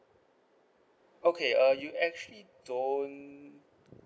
okay uh you actually don't